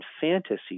fantasy